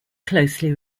closely